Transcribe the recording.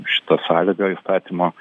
šita sąlyga įstatymo